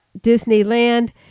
Disneyland